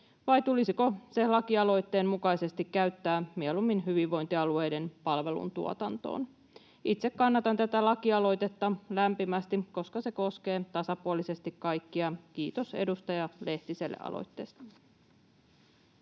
vai tulisiko se lakialoitteen mukaisesti käyttää mieluummin hyvinvointialueiden palveluntuotantoon. Itse kannatan tätä lakialoitetta lämpimästi, koska se koskee tasapuolisesti kaikkia. Kiitos edustaja Lehtiselle aloitteesta.